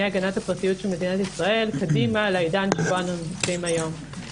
הגנת הפרטיות קדימה לעידן שבו אנו חיים היום.